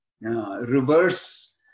reverse